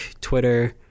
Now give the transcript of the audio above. Twitter